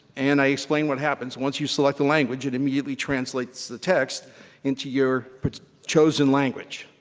and i explained what happens. once you select the language it immediately translates the text into your chosen language.